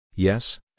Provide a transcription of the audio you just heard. Yes